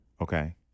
Okay